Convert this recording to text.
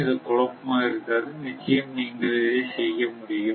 இது குழப்பமாக இருக்காது நிச்சயமாக நீங்கள் இதை செய்ய முடியும்